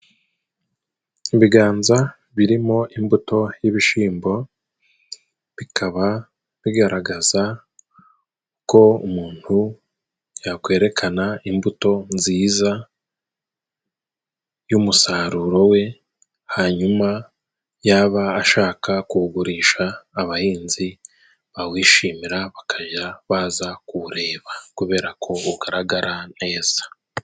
Ibiganza birimo imbuto y'ibishimbo bikaba bigaragaza ko umuntu yakwerekana imbuto nziza y'umusaruro we, hanyuma yaba ashaka kuwugurisha abahinzi bawishimira bakajya baza kuwureba kubera ko ugaragara neza.